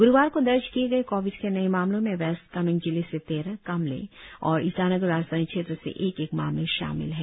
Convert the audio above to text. ग्रुवार को दर्ज किए गए कोविड के नए मामलों में वेस्ट कामेंग जिले से तेरह कामले और ईटानगर राजधानी क्षेत्र से एक एक मामले शामिल हैं